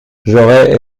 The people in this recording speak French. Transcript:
j’aurais